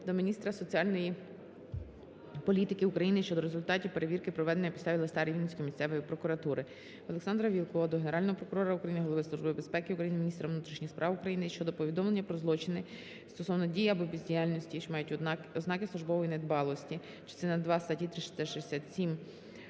до міністра соціальної політики України щодо результатів перевірки, проведеної на підставі листа Рівненської місцевої прокуратури. Олександра Вілкула до Генерального прокурора України, Голови Служби безпеки України, міністра внутрішніх справ України щодо повідомлення про злочин стосовно дій або бездіяльності, що мають ознаки службової недбалості (частина 2 статті 367